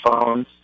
phones